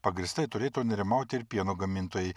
pagrįstai turėtų nerimauti ir pieno gamintojai